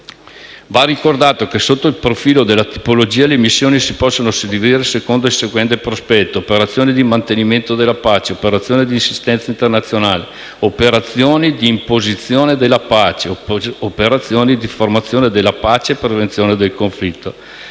Va ricordato che, sotto il profilo della tipologia, le missioni possono essere suddivise secondo il seguente prospetto: operazioni di mantenimento della pace, operazioni di assistenza internazionale, operazioni di imposizione della pace, operazioni di formazione della pace e prevenzione del conflitto.